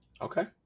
Okay